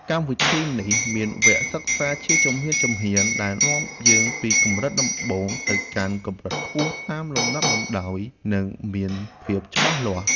កម្មវិធីនេះមានវគ្គសិក្សាជាជំហានៗដែលនាំយើងពីកម្រិតដំបូងទៅកាន់កម្រិតខ្ពស់តាមលំដាប់លំដោយ និង មានភាពច្បាស់លាស់។